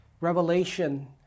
Revelation